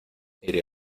iré